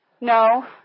No